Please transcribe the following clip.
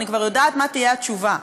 אני כבר יודעת מה תהיה התשובה: